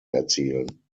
erzielen